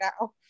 now